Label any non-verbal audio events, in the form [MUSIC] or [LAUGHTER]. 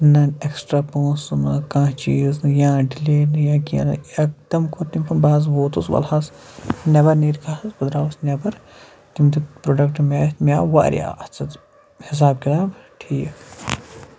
نہ اٮ۪کٕسٹرٛا پونٛسہٕ نہ کانٛہہ چیٖز یا ڈِلے نہٕ یا کینٛہہ نہٕ یکدَم کوٚر تٔمۍ [UNINTELLIGIBLE] بہٕ حظ ووتُس وَلہٕ حظ نٮ۪بَر نیرِکھا حظ بہٕ درٛاوُس نٮ۪بَر تٔمۍ دیُت پرٛوڈَکٹ مےٚ اَتھِ مےٚ آو واریاہ اَتھ سۭتۍ حِساب کِتاب ٹھیٖک